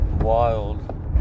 wild